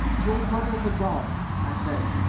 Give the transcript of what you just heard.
your brother the god? i said.